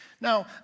Now